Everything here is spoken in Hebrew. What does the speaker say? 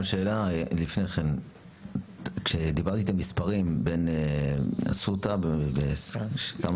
יש שוני במספרי הטיפולים והפעילות בין אסותא לשיבא,